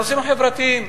הנושאים החברתיים.